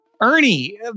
Ernie